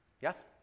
Yes